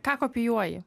ką kopijuoji